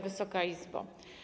Wysoka Izbo!